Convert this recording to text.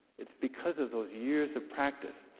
it's because of those years of practice.